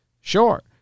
sure